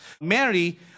Mary